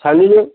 सानैजों